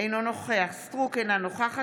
אינו נוכח אורית